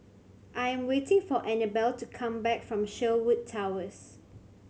I am waiting for Annabelle to come back from Sherwood Towers